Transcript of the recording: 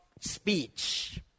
speech